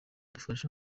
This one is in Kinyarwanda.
dufasha